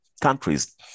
countries